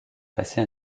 passé